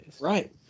Right